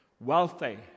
wealthy